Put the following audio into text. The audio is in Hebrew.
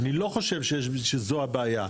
אני לא חושב שזו הבעיה,